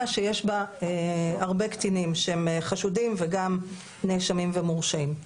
שיש בה הרבה קטינים שהם חשודים וגם נאשמים ומורשעים.